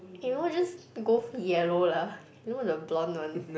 you know just go yellow lah you know the blonde one